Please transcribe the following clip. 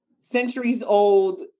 centuries-old